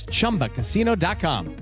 ChumbaCasino.com